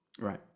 Right